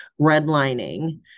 Redlining